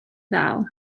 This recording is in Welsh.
ddal